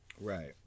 Right